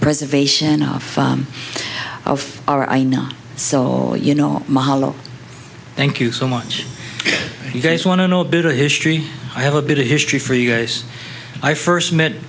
preservation of of our i not so you know thank you so much you guys want to know a bit of history i have a bit of history for you guys i first met